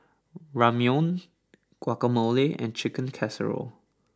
Ramyeon Guacamole and Chicken Casserole